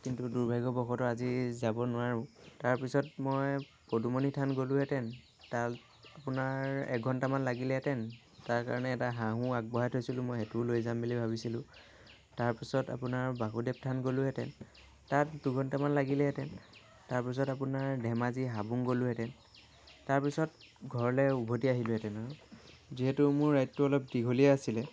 কিন্তু দুৰ্ভাগ্যবশতঃ আজি যাব নোৱাৰোঁ তাৰ পিছত মই পদুমণি থান গ'লোঁহেতেন তাত আপোনাৰ এঘণ্টামান লাগিলেহেতেন তাৰ কাৰণে এটা হাঁহো আগবঢ়াই থৈছিলোঁ মই সেইটোও লৈ যাম বুলি ভাবিছিলোঁ তাৰ পাছত আপোনাৰ বাসুদেৱ থান গ'লোঁহেতেন তাত দুঘণ্টামান লাগিলেহেতেন তাৰ পাছত আপোনাৰ ধেমাজিৰ হাবুং গ'লোহেতেন তাৰ পিছত ঘৰলৈ উভতি আহিলোঁহেতেন যিহেতু মোৰ ৰাইডটো অলপ দীঘলীয়া আছিলে